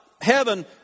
Heaven